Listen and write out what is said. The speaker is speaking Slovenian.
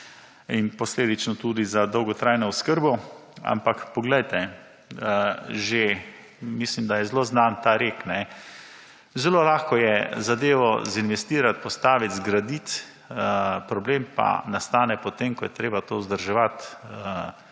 in posledično tudi za dolgotrajno oskrbo, ampak poglejte, že mislim, da je zelo znan ta rek, zelo lahko je zadevo investirati, postaviti, zgraditi, problem pa nastane potem, ko je treba to vzdrževati,